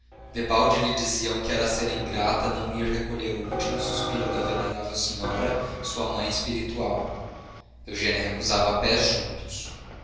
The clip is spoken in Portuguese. madrinha debalde lhe diziam que era ser ingrata não ir recolher o último suspiro da venerável senhora sua mãe espiritual eugênia recusava a pés juntos